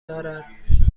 دارد